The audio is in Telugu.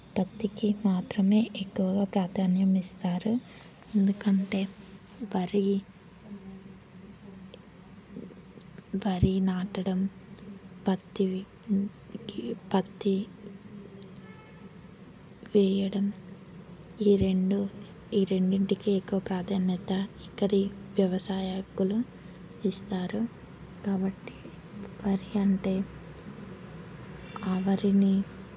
పత్తికి మాత్రమే ఎక్కువగా ప్రాధాన్యం ఇస్తారు ఎందుకంటే వరి వరి నాటడం పత్తి పత్తి వేయడం ఈ రెండు ఈ రెండింటికి ఎక్కువ ప్రాధాన్యత ఇక్కడ వ్యవసాయకులు ఇస్తారు కాబట్టి వరి అంటే ఆ వరిని